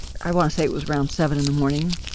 i want to say it was around seven in the morning,